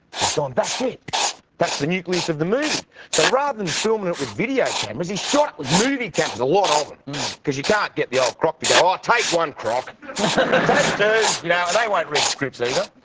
he's gone. that's it that's the nucleus of the movie so rather than filming it with video cameras he's shot with movie cams a lot of and because you can't get the old croc to go. i'll take one croc you know and they won't read scripts either